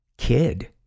kid